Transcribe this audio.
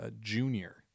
Junior